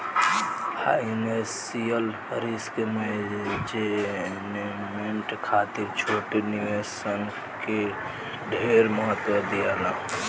financial risk management खातिर छोट निवेश सन के ढेर महत्व दियाला